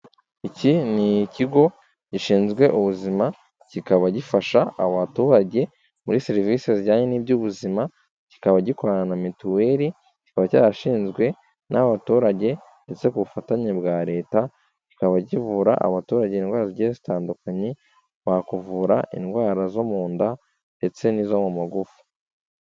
Iki ni ikigo gishinzwe ubuzima, kikaba gifasha abaturage muri serivisi zijyanye n'iby'ubuzima. Kikaba gikorana na mituweli, kikaba cyarashinzwe n'abaturage ndetse ku bufatanye bwa leta. Kikaba kivura abaturage indwara zigiye zitandukanye, bakuvura indwara zo mu nda ndetse n'izo mu magufa.